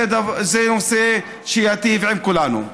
זה נושא שייטיב עם כולנו.